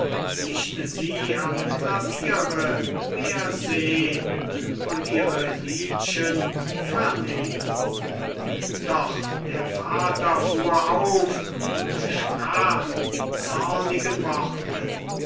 nicht sie am klaviere mehr sehn und ihre liedchen vernehmen doch der vater fuhr auf und sprach die zornigen worte